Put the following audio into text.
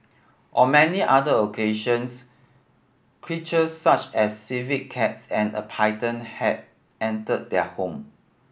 on many other occasions creatures such as civet cats and a python have entered their home